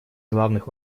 главных